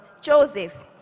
Joseph